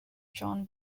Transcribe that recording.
john